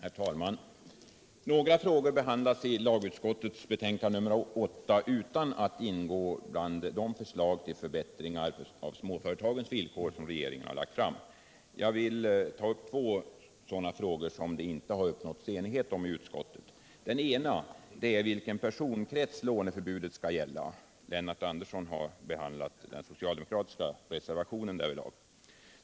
Herr talman! Några frågor behandlas i lagutskottets betänkande nr 8 utan att ingå bland de förslag till förbättringar av småföretagens villkor som regeringen har lagt fram. Jag vill ta upp två sådana frågor som det inte har uppnåtts enighet om i utskottet. Den ena frågan är vilken personkrets låneförbudet skall gälla — Lennart Andersson har behandlat den socialdemokratiska reservationen därvidlag.